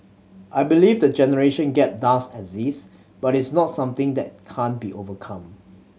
I believe the generation gap does exist but it's not something that can't be overcome